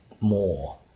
more